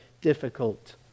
difficult